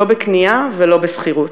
לא בקנייה ולא בשכירות.